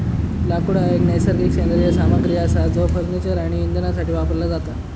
लाकूड हा एक नैसर्गिक सेंद्रिय सामग्री असा जो फर्निचर आणि इंधनासाठी वापरला जाता